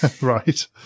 Right